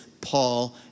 Paul